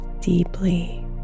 deeply